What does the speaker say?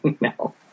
No